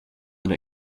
been